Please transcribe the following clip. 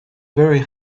very